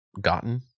gotten